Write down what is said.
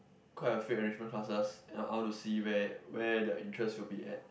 quite a few enrichment classes yea I want to see where where their interest will be at